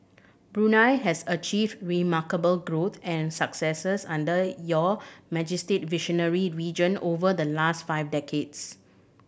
Brunei has achieved remarkable growth and successes under Your Majesty's visionary reign over the last five decades